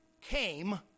came